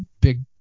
big